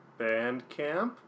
Bandcamp